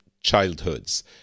childhoods